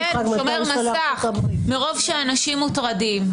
שומר מסך מרוב שאנשים מוטרדים.